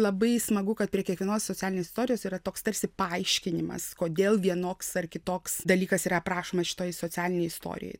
labai smagu kad prie kiekvienos socialinės istorijos yra toks tarsi paaiškinimas kodėl vienoks ar kitoks dalykas yra aprašomas šitoj socialinėj istorijoj